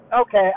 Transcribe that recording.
Okay